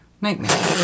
nightmare